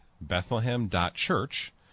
Bethlehem.Church